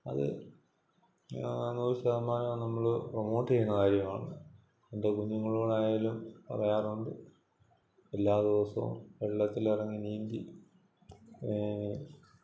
അത് നൂറ് ശതമാനവും നമ്മള് പ്രൊമോട്ടയ്യണ്ട കാര്യമാണ് എൻ്റെ കുഞ്ഞുങ്ങളോടായാലും പറയാറുണ്ട് എല്ലാ ദിവസവും വെള്ളത്തിലിറങ്ങി നീന്തി